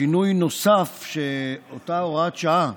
שינוי נוסף באותה הוראת שעה